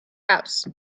house